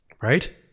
right